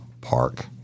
Park